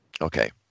Okay